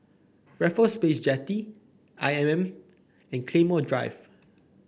Raffles Place Jetty I M M and Claymore Drive